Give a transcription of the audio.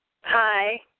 Hi